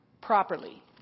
properly